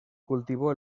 cultivó